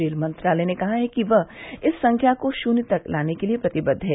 rail मंत्रालय ने कहा है कि वह इस संख्या को शुन्य तक लाने के लिए प्रतिबद्ध है